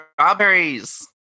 Strawberries